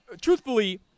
truthfully